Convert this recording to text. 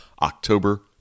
October